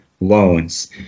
loans